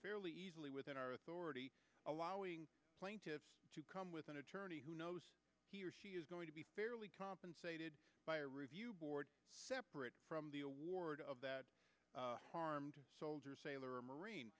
fairly easily within our authority allowing plaintiffs to come with an attorney who knows he or she is going to be fairly compensated by a review board separate from the award of that harm to soldier sailor or marine